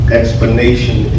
explanation